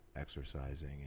exercising